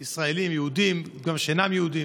ישראלים, יהודים, גם שאינם יהודים,